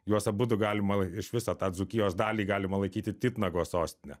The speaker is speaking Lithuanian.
juos abudu galima iš viso tą dzūkijos dalį galima laikyti titnago sostine